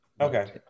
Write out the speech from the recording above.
Okay